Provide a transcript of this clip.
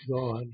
God